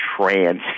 trans